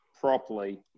properly